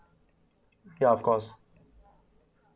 ya of course